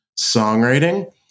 songwriting